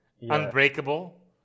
Unbreakable